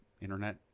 internet